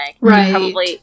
Right